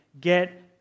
get